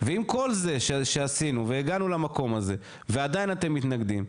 ועם כל זה שעשינו והגענו למקום הזה ועדיין אתם מתנגדים,